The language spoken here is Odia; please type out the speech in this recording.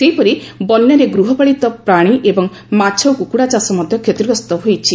ସେହିପରି ବନ୍ୟାରେ ଗୃହପାଳିତ ପ୍ରାଶୀ ଏବଂ ମାଛ ଓ କୁକୁଡା ଚାଷ ମଧ କ୍ଷତିଗ୍ରସ୍ଠ ହୋଇଛି